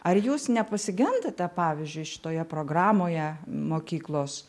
ar jūs nepasigendate pavyzdžiui šitoje programoje mokyklos